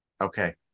Okay